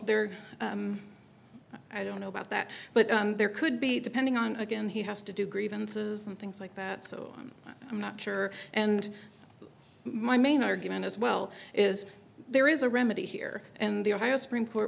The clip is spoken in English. there i don't know about that but there could be depending on again he has to do grievances and things like that so i'm not sure and my main argument as well is there is a remedy here and the ohio supreme court